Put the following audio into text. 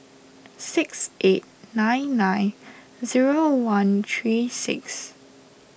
six eight nine nine zero one three six